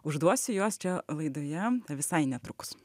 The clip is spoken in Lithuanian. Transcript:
užduosiu juos čia laidoje visai netrukus